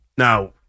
Now